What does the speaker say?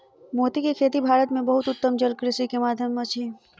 मोती के खेती भारत में बहुत उत्तम जलकृषि के माध्यम अछि